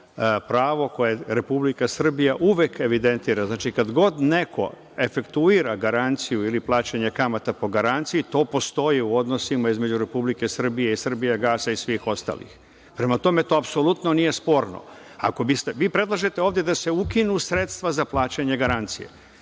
pravo koje Republika Srbija uvek evidentira. Kad god neko efektuira garanciju ili plaćanje kamata po garanciji, to postoji u odnosima između Republike Srbije i „Srbijagasa“ i svih ostalih. Prema tome, to apsolutno nije sporno. Vi predlažete ovde da se ukinu sredstva za plaćanje garancija.